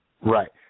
Right